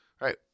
Right